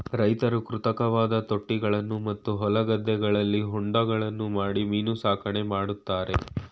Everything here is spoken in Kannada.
ರೈತ್ರು ಕೃತಕವಾದ ತೊಟ್ಟಿಗಳನ್ನು ಮತ್ತು ಹೊಲ ಗದ್ದೆಗಳಲ್ಲಿ ಹೊಂಡಗಳನ್ನು ಮಾಡಿ ಮೀನು ಸಾಕಣೆ ಮಾಡ್ತರೆ